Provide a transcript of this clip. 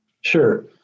Sure